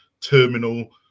terminal